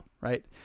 right